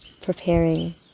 preparing